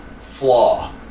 flaw